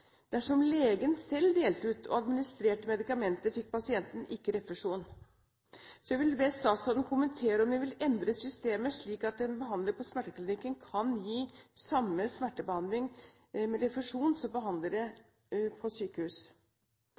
Dersom legen selv delte ut og administrerte medikamentet, fikk ikke pasienten refusjon. Jeg vil be statsråden kommentere om hun vil endre systemet slik at en behandler på smerteklinikkene kan gi samme smertebehandling med refusjon som behandlere på sykehus.